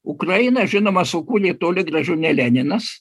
ukrainą žinoma sukūrė toli gražu ne leninas